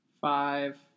Five